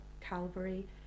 Calvary